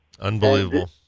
Unbelievable